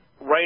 right